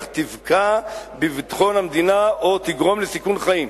אך תפגע בביטחון המדינה או תגרום לסיכון חיים.